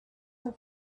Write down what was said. have